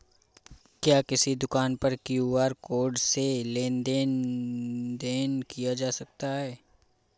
क्या किसी दुकान पर क्यू.आर कोड से लेन देन देन किया जा सकता है?